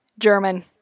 German